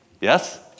Yes